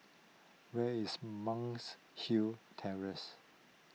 where is Monk's Hill Terrace